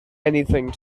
anything